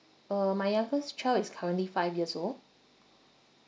uh my youngest child is currently five years old